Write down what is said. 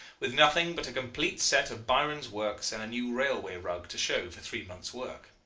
with nothing but a complete set of byron's works and a new railway rug to show for three months' work.